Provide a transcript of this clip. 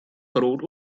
brot